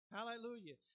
Hallelujah